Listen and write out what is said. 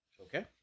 Okay